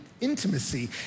intimacy